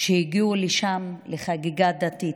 שהגיעו לשם לחגיגה דתית.